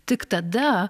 tik tada